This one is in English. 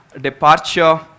departure